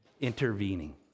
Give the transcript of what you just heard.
intervening